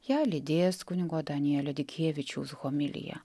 ją lydės kunigo danielio dikėvičiaus homilija